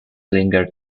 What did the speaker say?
lingered